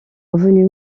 revenu